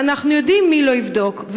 אנחנו יודעים מי לא יבדוק,